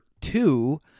two